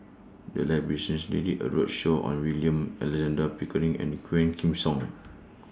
The Library recently did A roadshow on William Alexander Pickering and Quah Kim Song